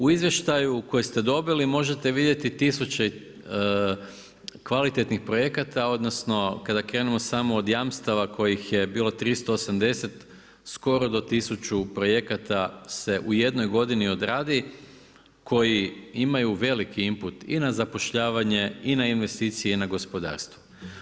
U izvještaju koji ste dobili možete vidjeti tisuće kvalitetnih projekata odnosno kada krenemo samo od jamstava kojih je bilo 380 skoro do 1000 projekata se u jednoj godini odradi, koji imaju veliki imput i na zapošljavanje i na investicije i na gospodarstvo.